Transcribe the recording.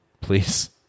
please